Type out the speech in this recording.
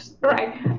right